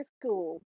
school